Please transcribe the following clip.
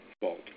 fault